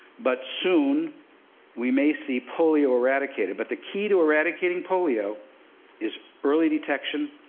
but soon we may see polio eradicated. but the key to eradicating polio is early detection,